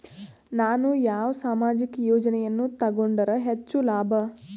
ನಾನು ಯಾವ ಸಾಮಾಜಿಕ ಯೋಜನೆಯನ್ನು ತಗೊಂಡರ ಹೆಚ್ಚು ಲಾಭ?